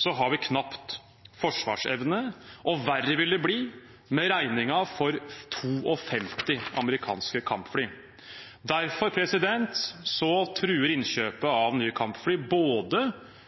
har vi knapt forsvarsevne, og verre vil det bli med regningen for 52 amerikanske kampfly. Derfor truer innkjøpet av nye kampfly både